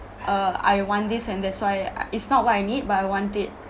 uh I want this and that's why it's not what I need but I want it